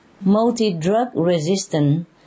multi-drug-resistant